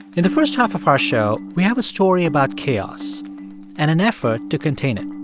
in the first half of our show, we have a story about chaos and an effort to contain it.